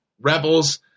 rebels